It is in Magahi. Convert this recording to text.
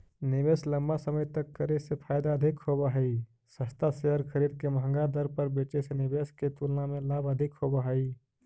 निवेश लंबा समय तक करे से फायदा अधिक होव हई, सस्ता शेयर खरीद के महंगा दर पर बेचे से निवेश के तुलना में लाभ अधिक होव हई